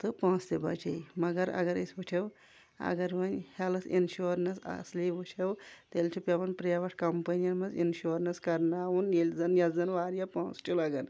تہٕ پونٛسِہ تہِ بَچے مگر اگر أسۍ وٕچھو اگر وۄنۍ ہٮ۪لٕتھ اِنشورنَس اَصلی وٕچھو تیٚلہِ چھُ پٮ۪وان پرٛیوَٹ کَمپٔنی یَن منٛز اِنشورنَس کَرناوُن ییٚلہِ زَن یَتھ زَن واریاہ پونٛسہٕ چھِ لَگان